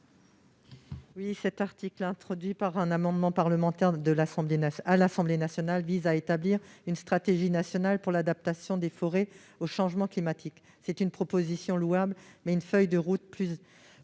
Cet article, introduit par un amendement parlementaire à l'Assemblée nationale, vise à établir une stratégie nationale pour l'adaptation des forêts au dérèglement climatique. Cette proposition est louable, mais une feuille de route pour